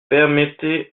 permettez